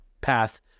path